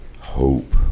hope